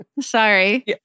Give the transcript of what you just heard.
Sorry